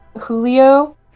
Julio